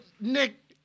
Nick